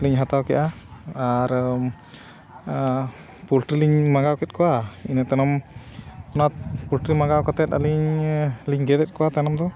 ᱞᱤᱧ ᱦᱟᱛᱟᱣ ᱠᱮᱜᱼᱟ ᱟᱨ ᱯᱳᱞᱴᱨᱤ ᱞᱤᱧ ᱢᱟᱜᱟᱣ ᱠᱮᱫ ᱠᱚᱣᱟ ᱤᱱᱟᱹ ᱛᱟᱭᱱᱚᱢ ᱚᱱᱟ ᱯᱳᱞᱴᱨᱤ ᱢᱟᱜᱟᱣ ᱠᱟᱛᱮ ᱟᱹᱞᱤᱧ ᱞᱤᱧ ᱜᱮᱫ ᱮᱫ ᱠᱚᱣᱟ ᱛᱟᱭᱱᱚᱢ ᱫᱚ